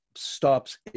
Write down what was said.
stops